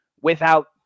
without-